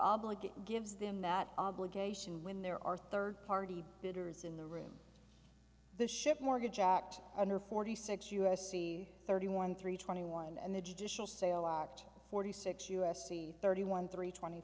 obligate gives them that obligation when there are third party bidders in the room the ship mortgage act under forty six u s c thirty one three twenty one and the judicial sale act forty six u s c thirty one three twenty